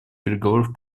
переговоров